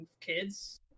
kids